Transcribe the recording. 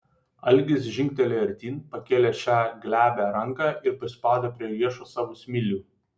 algis žingtelėjo artyn pakėlė šią glebią ranką ir prispaudė prie riešo savo smilių